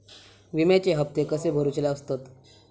विम्याचे हप्ते कसे भरुचे असतत?